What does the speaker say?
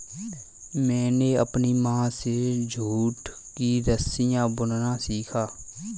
मैंने अपनी माँ से जूट की रस्सियाँ बुनना सीखा